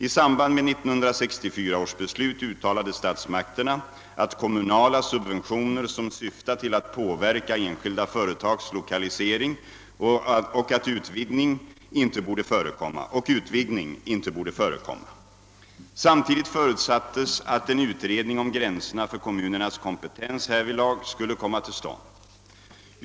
I samband med 1964 års beslut uttalade statsmakterna att kommunala subventioner som syftar till att påverka enskilda företags lokalisering och utvidgning inte borde förekomma. Samtidigt förutsattes att en utredning om gränserna för kommunernas kompetens härvidlag skulle komma till stånd.